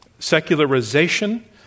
Secularization